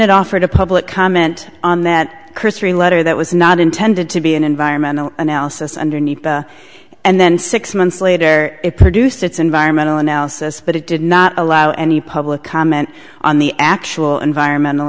it offered a public comment on that christie letter that was not intended to be an environmental analysis underneath and then six months later it produced its environmental analysis but it did not allow any public comment on the actual environmental